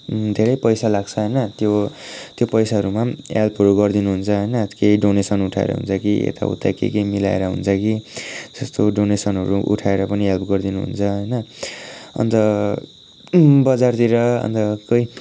धेरै पैसा लाग्छ होइन त्यो त्यो पैसाहरूमा पनि हेल्पहरू गरिदिनु हुन्छ होइन केही डोनेसन उठाएर हुन्छ कि यताउता के के मिलाएर हुन्छ कि त्यस्तो डोनेसनहरू उठाएर पनि हेल्प गरिदिनु हुन्छ होइन अन्त बजारतिर अन्त कहीँ